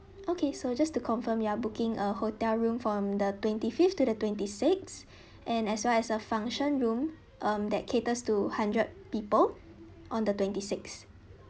okay so just to confirm you are booking a hotel room from the twenty fifth to the twenty sixth and as well as a function room um that caters to hundred people on the twenty six